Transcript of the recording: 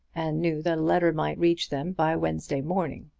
and knew that a letter might reach them by wednesday morning.